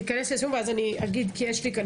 תיכנס לסיכום ואז אני אגיד כי יש לי כאן